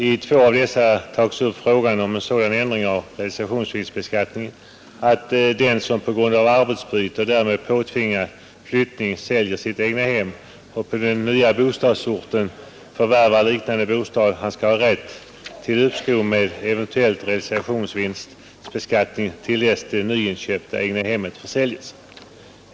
I två av dem tas upp frågan om en sådan ändring av realisationsvinstbeskattningen, att den som på grund av arbetsbyte och därmed påtvingad flyttning säljer sitt egnahem och på den nya bostadsorten förvärvar liknande bostad skall ha rätt till uppskov med eventuell realisationsvinstbeskattning till dess det nyinköpta egnahemmet försäljes.